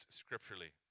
scripturally